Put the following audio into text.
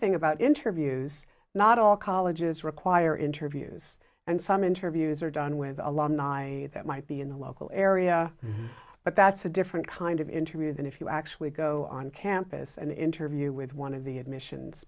thing about interviews not all colleges require interviews and some interviews are done with a lot of ny that might be in the local area but that's a different kind of interview than if you actually go on campus and interview with one of the admissions